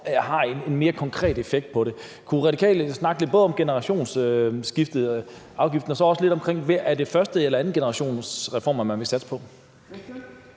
har en mere konkret effekt på det. Kunne Radikale snakke lidt om både generationsskifteafgiften og så også lidt omkring, om det er første- eller andengenerationsreformer, man vil satse på?